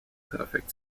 perfect